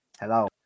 Hello